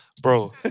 bro